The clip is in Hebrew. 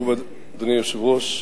אדוני היושב-ראש,